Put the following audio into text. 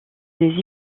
des